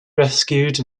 rescued